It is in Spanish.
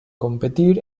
competir